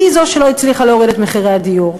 היא זו שלא הצליחה להוריד את מחירי הדיור.